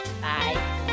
Bye